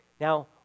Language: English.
Now